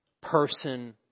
person